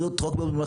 בריאות רק בממלכתי,